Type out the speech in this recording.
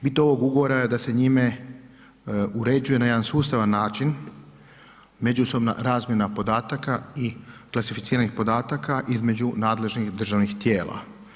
Bit ovog ugovora da se njima uređuje na jedan sustavan način međusobna razmjena podataka i klasificiranih podataka između nadležnih državnih tijela.